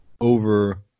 over